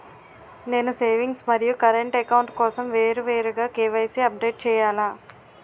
నేను సేవింగ్స్ మరియు current account కోసం వేరువేరుగా కే.వై.సీ అప్డేట్ చేయాలా?